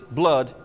blood